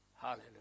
Hallelujah